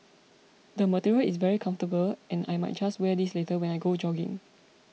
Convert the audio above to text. the material is very comfortable and I might just wear this later when I go jogging